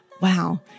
wow